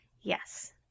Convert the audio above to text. Yes